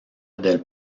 del